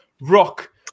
rock